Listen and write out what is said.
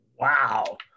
Wow